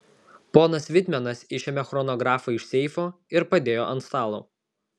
ponas vitmenas išėmė chronografą iš seifo ir padėjo ant stalo